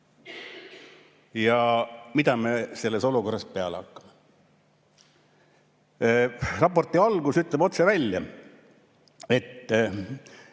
mida me selles olukorras peale hakkame? Raporti algus ütleb otse välja, et